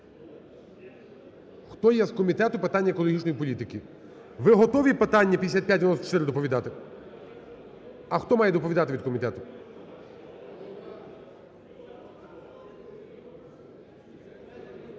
Хто є з Комітету питань екологічної політики? Ви готові питання 5594 доповідати? А хто має доповідати від комітету?